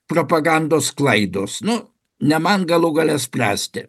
propagandos sklaidos nu ne man galų gale spręsti